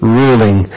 ruling